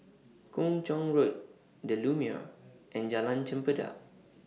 Kung Chong Road The Lumiere and Jalan Chempedak